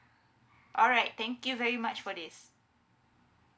alright thank you very much for this